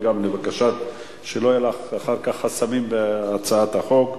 וגם שלא יהיו לך אחר כך חסמים בהצעת החוק.